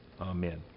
Amen